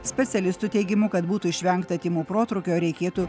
specialistų teigimu kad būtų išvengta tymų protrūkio reikėtų